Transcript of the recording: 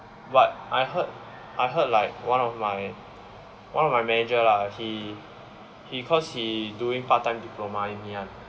but I heard heard like one of my one of my manager lah he he cause he doing part time diploma in Ngee-Ann